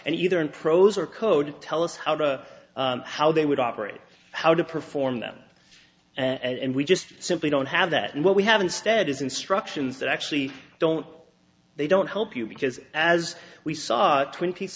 and either in prose or code tell us how to how they would operate how to perform them and we just simply don't have that and what we have instead is instructions that actually don't they don't help you because as we saw the twin p